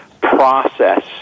process